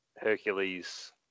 Hercules